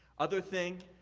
other thing,